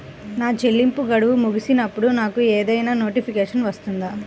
నా చెల్లింపు గడువు ముగిసినప్పుడు నాకు ఏదైనా నోటిఫికేషన్ వస్తుందా?